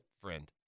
friend